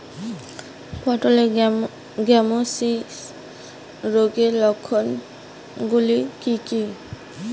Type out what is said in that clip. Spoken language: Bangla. পটলের গ্যামোসিস রোগের লক্ষণগুলি কী কী?